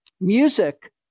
music